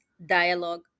dialogue